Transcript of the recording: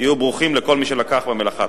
תהיו ברוכים, כל מי שלקח חלק במלאכה.